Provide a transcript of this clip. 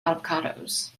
avocados